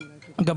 ואגב,